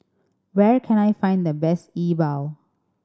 where can I find the best E Bua